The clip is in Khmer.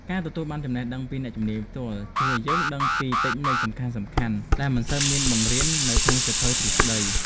ការទទួលបានចំណេះដឹងពីអ្នកជំនាញផ្ទាល់ជួយឱ្យយើងដឹងពីតិចនិកសំខាន់ៗដែលមិនសូវមានបង្រៀននៅក្នុងសៀវភៅទ្រឹស្តី។